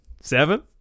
Seven